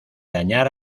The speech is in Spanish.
dañar